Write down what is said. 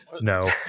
No